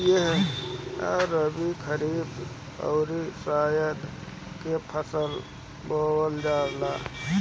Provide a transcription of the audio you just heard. इहा रबी, खरीफ अउरी जायद के फसल बोअल जाला